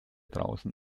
draußen